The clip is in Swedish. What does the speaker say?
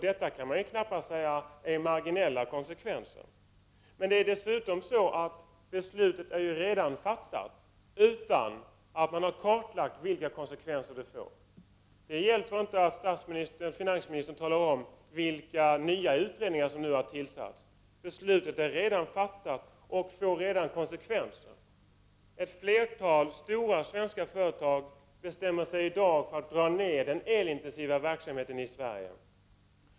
Man kan knappast säga att det är marginella konsekvenser. Dessutom är beslutet redan fattat, utan att man har kartlagt vilka konsekvenser det får. Det hjälper inte att finansministern nu talar om vilka nya utredningar som har tillsatts. Beslutet är redan fattat, och det får redan konsekvenser. Ett flertal stora svenska företag bestämmer sig i dag för att dra ner på den elintensiva verksamheten i Sverige.